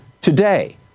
today